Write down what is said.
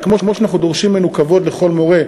וכמו שאנחנו דורשים ממנו כבוד לכל מורה,